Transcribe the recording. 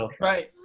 Right